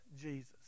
Jesus